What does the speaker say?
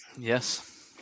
Yes